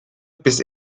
bis